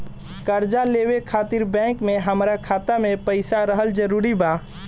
कर्जा लेवे खातिर बैंक मे हमरा खाता मे पईसा रहल जरूरी बा?